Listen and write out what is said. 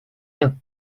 rien